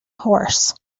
horse